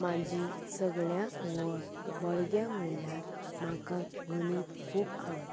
म्हजी सगळ्यांत व्हड बळगें म्हणल्यार म्हाका गणीत खूब आवडटा